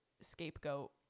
scapegoat